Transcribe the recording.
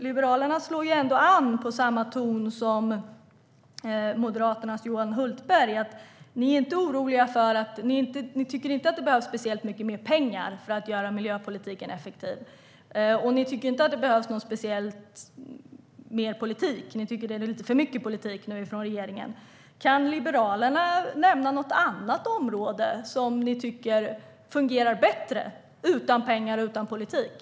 Liberalerna slår an samma ton som Moderaternas Johan Hultberg. Ni tycker inte att det behövs mer pengar för att göra miljöpolitiken effektiv. Ni tycker inte heller att det behövs mer politik. Ni tycker att det är lite för mycket politik från regeringen. Kan Liberalerna nämna något annat område som fungerar bättre utan pengar och politik?